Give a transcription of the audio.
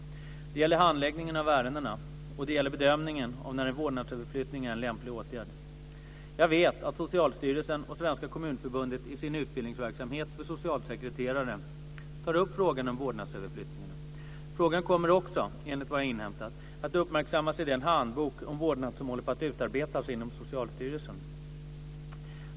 Det gäller handläggningen av ärendena, och det gäller bedömningen av när en vårdnadsöverflyttning är en lämplig åtgärd. Jag vet att Socialstyrelsen och Svenska Kommunförbundet i sin utbildningsverksamhet för socialsekreterare tar upp frågan om vårdnadsöverflyttningarna. Frågan kommer också, enligt vad jag har inhämtat, att uppmärksammas i den handbok om vårdnad som håller på att utarbetas inom Socialstyrelsen.